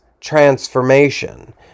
transformation